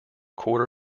quarter